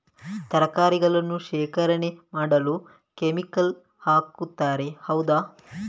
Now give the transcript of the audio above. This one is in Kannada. ತರಕಾರಿಗಳನ್ನು ಶೇಖರಣೆ ಮಾಡಲು ಕೆಮಿಕಲ್ ಹಾಕುತಾರೆ ಹೌದ?